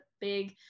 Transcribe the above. big